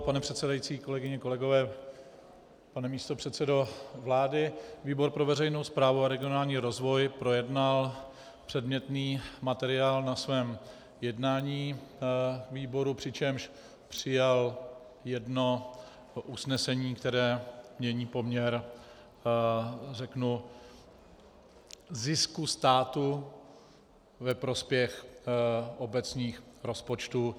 Pane předsedající, kolegyně a kolegové, pane místopředsedo vlády, výbor pro veřejnou správu a regionální rozvoj projednal předmětný materiál na svém jednání výboru, přičemž přijal jedno usnesení, které mění poměr zisku státu ve prospěch obecných rozpočtů.